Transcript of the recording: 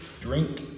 drink